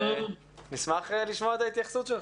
נשמח לשמוע את ההתייחסות שלך.